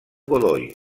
godoy